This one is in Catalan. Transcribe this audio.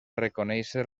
reconèixer